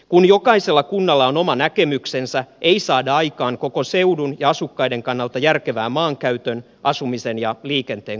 kun jokaisella kunnalla on oma näkemyksensä ei saada aikaan koko seudun ja asukkaiden kannalta järkevää maankäytön asumisen ja liikenteen kokonaisuutta